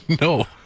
No